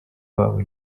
wabo